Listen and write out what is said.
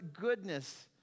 goodness